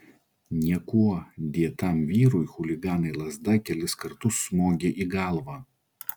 niekuo dėtam vyrui chuliganai lazda kelis kartus smogė į galvą